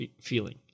feeling